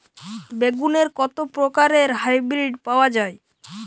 বেগুনের কত প্রকারের হাইব্রীড পাওয়া যায়?